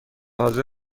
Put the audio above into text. حاضر